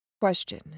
Question